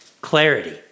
Clarity